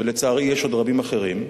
ולצערי יש עוד רבים אחרים,